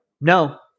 No